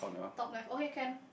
top left okay can